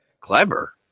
clever